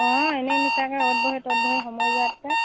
অঁ এনেই মিছাকে অত বহি তত বহি সময় যোৱাতকে